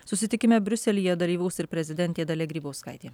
susitikime briuselyje dalyvaus ir prezidentė dalia grybauskaitė